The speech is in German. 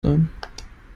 sein